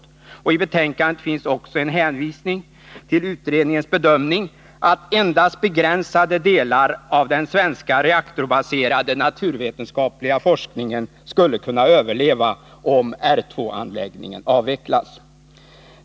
I utskottsbetänkandet finns också en hänvisning till utredningens bedömning att endast begränsade delar av den svenska reaktorbaserade naturvetenskapliga forskningen skulle kunna överleva, om R 2-anläggningen avvecklas.